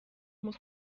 muss